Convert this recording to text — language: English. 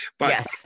Yes